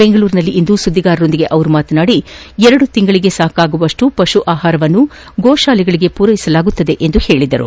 ಬೆಂಗಳೂರಿನಲ್ಲಿಂದು ಸುದ್ದಿಗಾರರೊಂದಿಗೆ ಮಾತನಾಡಿದ ಅವರು ಎರಡು ತಿಂಗಳಗೆ ಸಾಕಾಗುವಷ್ಟು ಪಶು ಆಹಾರವನ್ನು ಗೋಶಾಲೆಗಳಿಗೆ ಪೂರೈಸಲಾಗುವುದು ಎಂದು ಹೇಳಿದರು